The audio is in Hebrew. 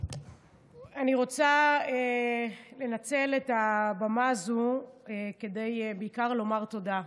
אני רוצה לנצל את הבמה הזו בעיקר כדי לומר תודה.